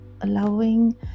allowing